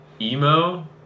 emo